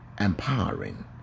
empowering